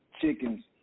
chickens